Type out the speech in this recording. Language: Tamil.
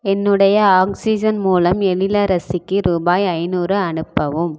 என்னுடைய ஆக்ஸிஜன் மூலம் எழிலரசிக்கு ரூபாய் ஐநூறு அனுப்பவும்